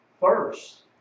First